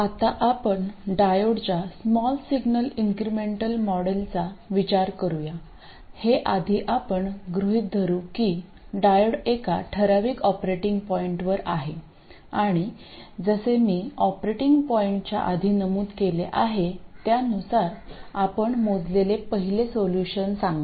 आता आपण डायोडच्या स्मॉल सिग्नल इंक्रीमेंटल मॉडेलचा विचार करूया हे आधी आपण गृहित धरू की डायोड एका ठराविक ऑपरेटिंग पॉईंटवर आहे आणि जसे मी ऑपरेटिंग पॉईंटच्या आधी नमूद केले आहे त्यानुसार आपण मोजलेले पहिले सॉल्यूशन सांगा